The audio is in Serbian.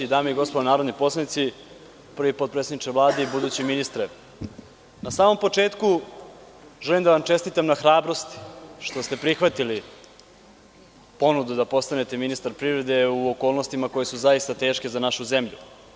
Dame i gospodo narodni poslanici, prvi potpredsedniče Vlade i budući ministre, na samom početku želim da vam čestitam na hrabrosti što ste prihvatili ponudu da postanete ministar privrede u okolnostima koje su zaista teške za našu zemlju.